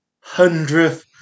hundredth